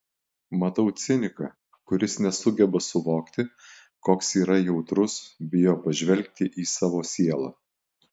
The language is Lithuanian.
matau ciniką kuris nesugeba suvokti koks yra jautrus bijo pažvelgti į savo sielą